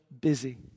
busy